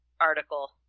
article